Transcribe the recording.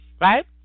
Right